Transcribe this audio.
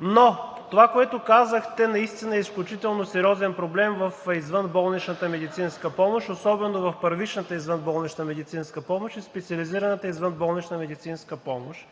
Но това, което казахте, наистина е изключително сериозен проблем в извънболничната медицинска помощ, особено в първичната извънболнична медицинска помощ и специализираната извънболнична медицинска помощ.